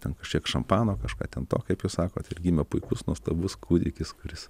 ten kažkiek šampano kažką ten to kaip jūs sakot ir gimė puikus nuostabus kūdikis kuris